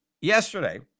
yesterday